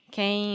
Quem